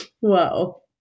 Wow